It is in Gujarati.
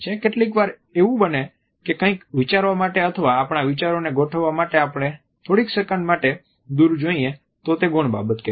કેટલીકવાર એવું બને કે કંઈક વિચાર માટે અથવા આપણા વિચારોને ગોઠવવા માટે આપણે થોડીક સેકંડ માટે દૂર જોઈએ તો તે ગૌણ બાબત કહેવાય